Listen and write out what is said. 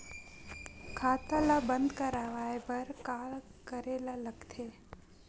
खाता ला बंद करवाय बार का करे ला लगथे?